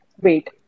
wait